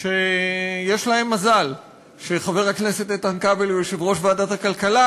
שיש להם מזל שחבר הכנסת איתן כבל הוא יושב-ראש ועדת הכלכלה,